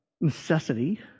necessity